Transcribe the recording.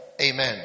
Amen